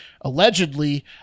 allegedly